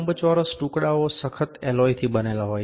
લંબચોરસ ટુકડાઓ સખત એલોયથી બનેલા હોય છે